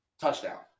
touchdown